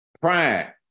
Pride